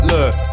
Look